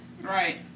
Right